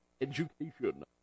education